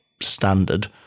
standard